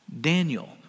Daniel